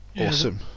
Awesome